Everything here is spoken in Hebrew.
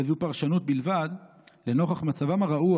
וזו פרשנות בלבד, נוכח מצבם הרעוע